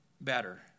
better